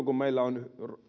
kun meillä on